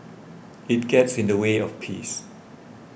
it gets in the way of peace